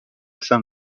saint